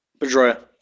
Pedroia